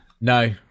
No